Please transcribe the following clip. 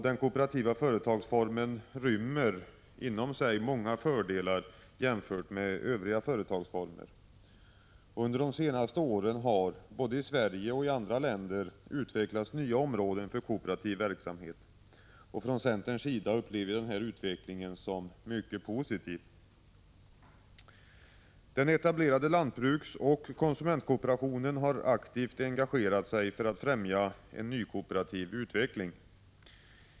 Den kooperativa företagsformen rymmer många fördelar jämfört med övriga företagsformer. Under de senaste åren har, både i Sverige och i andra länder, utvecklats nya områden för kooperativ verksamhet. Från centerns sida upplever vi denna utveckling som mycket positiv. Den etablerade lantbruksoch konsumentkooperationen har aktivt engagerat sig för att främja en nykooperativ utveckling.